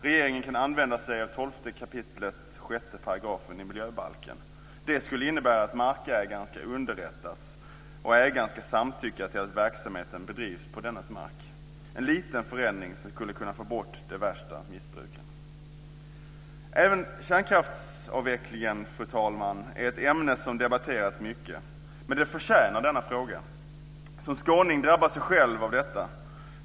Regeringen kan använda sig av 12 kap. 6 § i miljöbalken. Det skulle innebär att markägaren ska underrättas och samtycka till att verksamheten bedrivs på dennes mark. Det är en liten förändring som skulle kunna få bort de värsta missbruken. Fru talman! Även kärnkraftsavvecklingen är ett ämne som har debatterats mycket. Men det förtjänar denna fråga. Som skåning drabbas jag själv av detta.